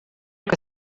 que